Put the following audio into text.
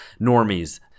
normies